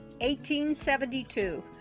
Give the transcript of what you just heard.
1872